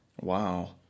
Wow